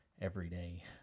everyday